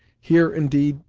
here, indeed,